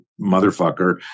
motherfucker